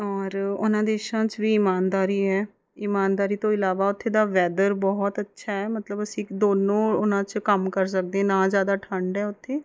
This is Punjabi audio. ਔਰ ਉਹਨਾਂ ਦੇਸ਼ਾਂ 'ਚ ਵੀ ਇਮਾਨਦਾਰੀ ਹੈ ਇਮਾਨਦਾਰੀ ਤੋਂ ਇਲਾਵਾ ਉੱਥੇ ਦਾ ਵੈਦਰ ਬਹੁਤ ਅੱਛਾ ਹੈ ਮਤਲਬ ਅਸੀਂ ਦੋਨੋਂ ਉਹਨਾਂ 'ਚ ਕੰਮ ਕਰ ਸਕਦੇ ਨਾ ਜ਼ਿਆਦਾ ਠੰਢ ਹੈ ਉੱਥੇ